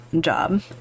job